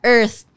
Earth